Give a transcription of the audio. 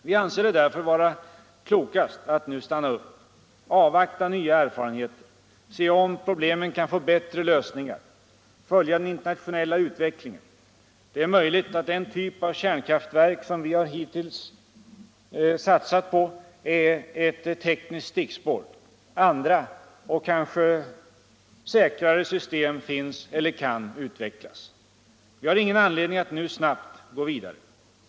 Vi anser det därför vara klokast att stanna upp, avvakta nya erfarenheter, se om problemen kan få bättre lösningar, följa den internationella utvecklingen. Det är möjligt att den typ av kärnkraftverk som vi hittills har satsat på är ett tekniskt stickspår; andra och kanske säkrare system finns eller kan utvecklas. Vi har ingen anledning att nu snabbt gå vidare.